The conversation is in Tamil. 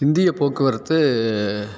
இந்தியப் போக்குவரத்து